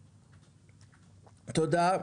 תודה.